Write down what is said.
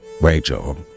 Rachel